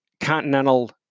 Continental